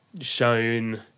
shown